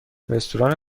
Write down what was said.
رستوران